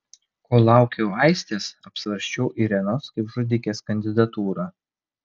kol laukiau aistės apsvarsčiau irenos kaip žudikės kandidatūrą